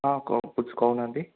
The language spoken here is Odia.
ହଁ କହୁନାହାନ୍ତି